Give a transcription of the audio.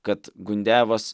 kad gundejavas